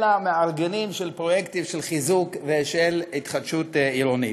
אלא מארגנים של פרויקטים של חיזוק ושל התחדשות עירונית.